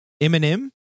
Eminem